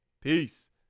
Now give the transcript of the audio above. Peace